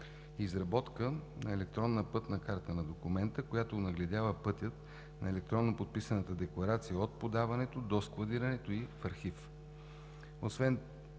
изработка на електронна пътна карта на документа, която онагледява пътя на електронно подписаната декларация от подаването до складирането ѝ в архив. Освен